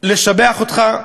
לשבח אותך,